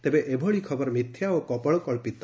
ତେବେ ଏଭଳି ଖବର ମିଥ୍ୟା ଓ କପୋଳକ୍ସିତ